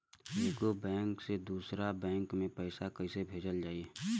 एगो बैक से दूसरा बैक मे पैसा कइसे भेजल जाई?